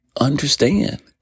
understand